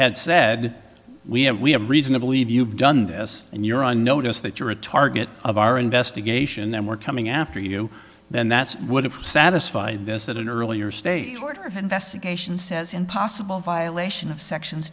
had said we have we have reason to believe you've done this and you're on notice that you're a target of our investigation then we're coming after you then that's what if satisfied this at an earlier stage sort of investigation says in possible violation of sections